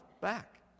back